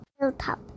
hilltop